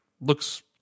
looks